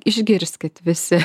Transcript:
išgirskit visi